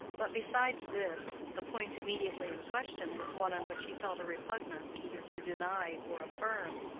but besides this, the point immediately in question was one on which he felt a repugnance either to deny or affirm.